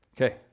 Okay